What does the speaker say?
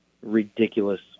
ridiculous